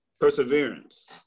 Perseverance